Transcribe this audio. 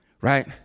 Right